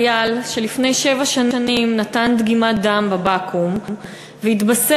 חייל שלפני שבע שנים נתן דגימת דם בבקו"ם והתבשר